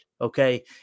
okay